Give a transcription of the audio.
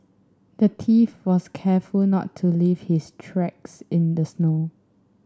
the thief was careful not to leave his tracks in the snow